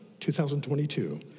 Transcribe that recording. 2022